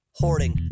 hoarding